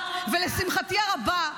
ולשמחתי הרבה,